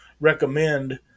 recommend